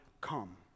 come